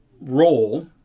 role